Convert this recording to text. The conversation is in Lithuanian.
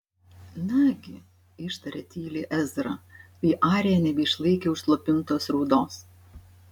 nagi ištarė tyliai ezra kai arija nebeišlaikė užslopintos raudos